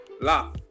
laugh